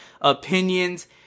opinions